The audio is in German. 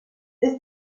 ist